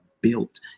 built